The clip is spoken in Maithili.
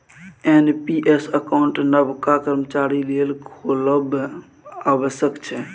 एन.पी.एस अकाउंट नबका कर्मचारी लेल खोलब आबश्यक छै